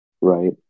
right